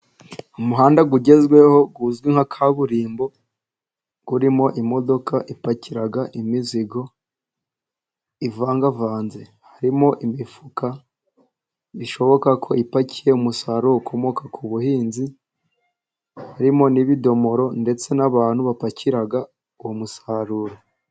Umuhanda ugezweho uzwi nka kaburimbo urimo imodoka ipakira imizigo ivangavanze harimo imifuka, bishoboka ko ipakiye umusaruro ukomoka ku buhinzi, harimo n'ibidomoro ndetse n'abantu bapakira uwo musaruro.